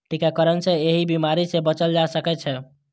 टीकाकरण सं एहि बीमारी सं बचल जा सकै छै